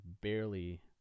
barely